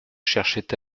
cherchait